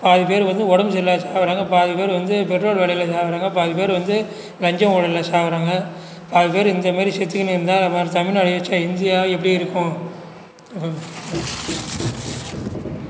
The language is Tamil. பாதி பேர் வந்து உடம்பு சரி இல்லாம சாகுறாங்கள் பாதி பேர் வந்து பெட்ரோல் விலையில சாகுறாங்க பாதி பேர் வந்து லஞ்சம் ஊழல்லில் சாகுறாங்க பாதி பேர் இந்தமாதிரி செத்துகின்னு இருந்தால் அப்புற தமிழ்நாடு இருந்சின்னா இந்தியா எப்படி இருக்கும்